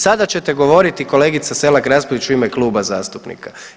Sada ćete govoriti, kolegice Selak Raspudić u ime kluba zastupnika.